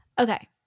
okay